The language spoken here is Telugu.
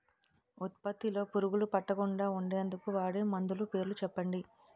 ఉత్పత్తి లొ పురుగులు పట్టకుండా ఉండేందుకు వాడే మందులు పేర్లు చెప్పండీ?